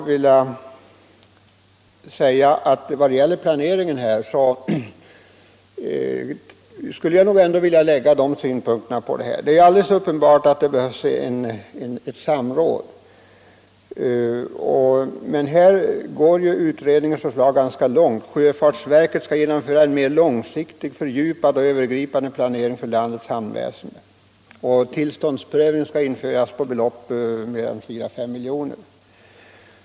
När det gäller planeringen är det alldeles uppenbart att det behövs ett samråd. Härvidlag går utredningens förslag ganska långt: sjöfartsverket skall genomföra en långsiktig, fördjupad och övergripande planering för landets hamnväsende, och tillståndsprövning skall införas när det gäller belopp på mellan fyra och fem miljoner.